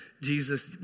Jesus